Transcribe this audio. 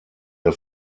der